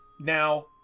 Now